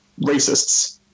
racists